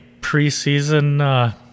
preseason